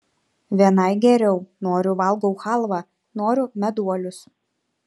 vienai geriau noriu valgau chalvą noriu meduolius